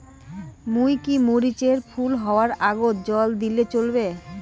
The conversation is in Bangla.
মুই কি মরিচ এর ফুল হাওয়ার আগত জল দিলে চলবে?